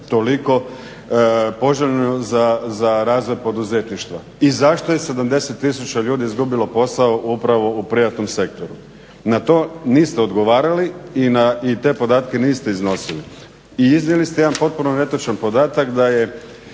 toliko poželjnu za razvoj poduzetništva i zašto je 70 tisuća ljudi izgubilo posao upravo u privatnom sektoru. Na to niste odgovarali i te podatke niste iznosili. I iznijeli ste jedan potpuno netočan podatak, da je